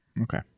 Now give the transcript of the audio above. okay